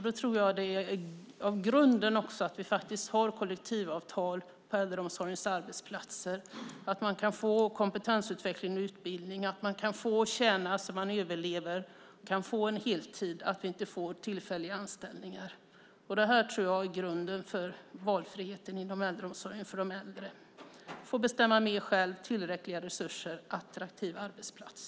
Då tror jag att det är bra att vi har kollektivavtal på äldreomsorgens arbetsplatser, att man kan få kompetensutveckling och utbildning, kan tjäna så att man överlever och kan få heltidstjänst så att vi inte får tillfälliga anställningar. Grunden för valfriheten inom äldreomsorgen för de äldre är att de får bestämma mer själva, att äldrevården får tillräckliga resurser och att den blir en attraktiv arbetsplats.